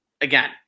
again